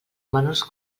menors